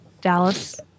Dallas